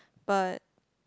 but